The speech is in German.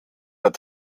der